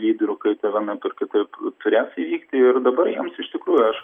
lyderių kaita vienaip ar kitaip turės įvykti ir dabar jiems iš tikrųjų aš